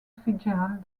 fitzgerald